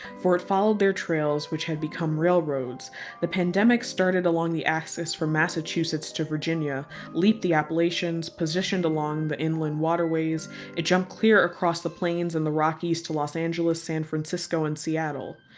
for it followed their trails which had become railroads the pandemic started along the axis from massachusetts to virginia leaped the appalachians positioned along the inland waterways it jumped clear across the plains and the rockies to los angeles, san francisco, and seattle.